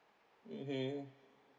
mmhmm